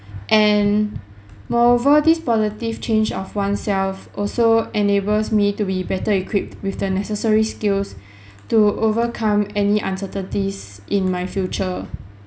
and moreover these positive change of oneself also enables me to be better equipped with the necessary skills to overcome any uncertainties in my future